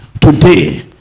today